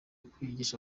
kwigisha